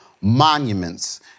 monuments